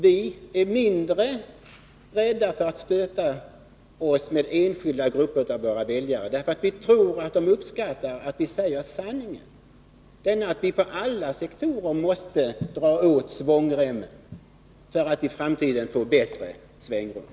Vi är mindre rädda för att stöta oss med enskilda grupper av våra väljare, eftersom vi tror att de uppskattar att vi säger sanningen: att vi inom alla sektorer måste dra åt svångremmen för att i framtiden kunna få bättre svängrum.